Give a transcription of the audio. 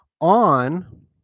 on